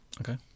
Okay